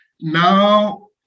Now